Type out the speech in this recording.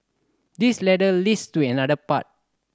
this ladder leads to another path